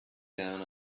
down